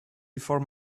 before